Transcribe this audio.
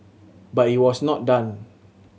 but he was not done